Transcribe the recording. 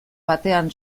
batean